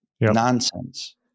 nonsense